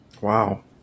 Wow